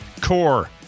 core